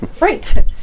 Right